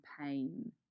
pain